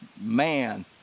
Man